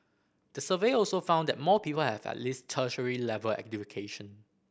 the survey also found that more people have at least tertiary level education